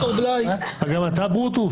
הגם אתה ברוטוס?